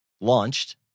launched